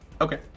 Okay